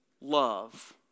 love